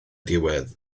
diwedd